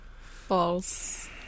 False